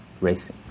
racing